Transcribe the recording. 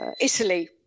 Italy